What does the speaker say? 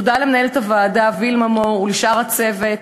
תודה למנהלת הוועדה וילמה מאור ולשאר הצוות,